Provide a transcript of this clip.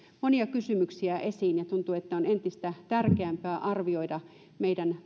monia kysymyksiä esiin ja tuntuu että on entistä tärkeämpää arvioida meidän